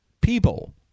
people